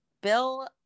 Bill